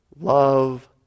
love